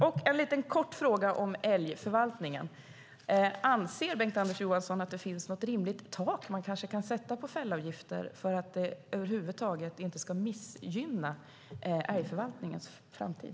Jag har en kort fråga om älgförvaltningen: Anser Bengt-Anders Johansson att det finns ett rimligt tak som man kan sätta på fällavgifter för att det inte ska missgynna älgförvaltningens framtid?